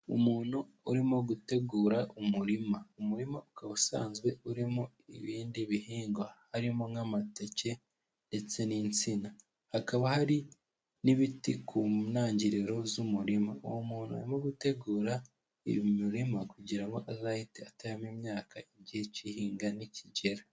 Umuntu urimo gutegura umurima, umurima ukaba usanzwe urimo ibindi bihingwa harimo nk'amateke, ndetse n'insina, hakaba hari n'ibiti ku ntangiriro z'umurima, uwo muntu arimo gutegura uyu murima kugira ngo azahite ateramo imyaka igihe cy'ihinga nikigera.